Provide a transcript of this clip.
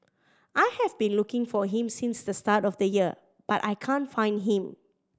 I have been looking for him since the start of the year but I can't find him